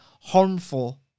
harmful